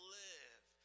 live